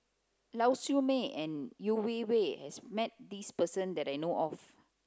Lau Siew Mei and Yeo Wei Wei has met this person that I know of